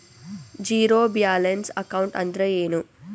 Zero balance account ಅಂದ್ರ ಏನು?